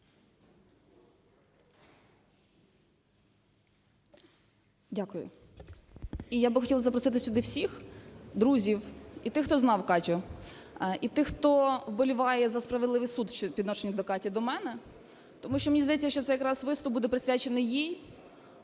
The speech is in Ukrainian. Дякую. І я би хотіла запросити сюди всіх друзів, і тих, хто знав Катю, і тих, хто вболіває за справедливий суд по відношенню до Каті, до мене. Тому що мені здається, що це якраз виступ буде присвячений їй